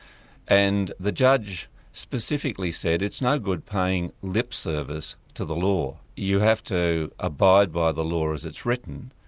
and the judge specifically said, it's no good paying lip service to the law you have to abide by the law as it's written,